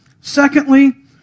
Secondly